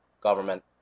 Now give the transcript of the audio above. government